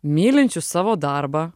mylinčius savo darbą